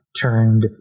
turned